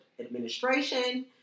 administration